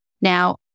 Now